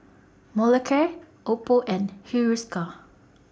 Molicare Oppo and Hiruscar